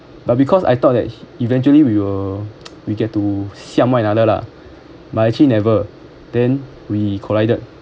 but because I thought that eventually we will we get to siam one another lah but actually never then we collided